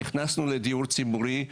נכנסנו לדיור ציבורי,